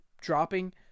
dropping